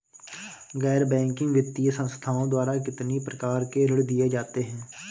गैर बैंकिंग वित्तीय संस्थाओं द्वारा कितनी प्रकार के ऋण दिए जाते हैं?